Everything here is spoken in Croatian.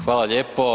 Hvala lijepo.